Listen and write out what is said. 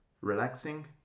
relaxing